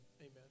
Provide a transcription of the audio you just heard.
Amen